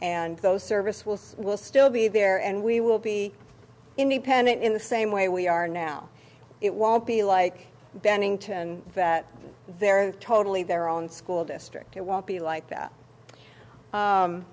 those service will say we'll still be there and we will be independent in the same way we are now it won't be like bennington that they're totally their own school district it won't be like that